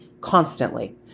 constantly